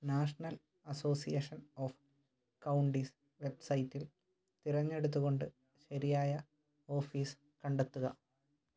national association of counties വെബ്സൈറ്റിൽ തിരഞ്ഞെടുത്തു കൊണ്ട് ശരിയായ ഓഫീസ് കണ്ടെത്തുക